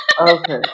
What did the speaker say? Okay